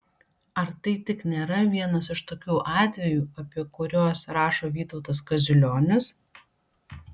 ar tai tik nėra vienas iš tokių atvejų apie kuriuos rašo vytautas kaziulionis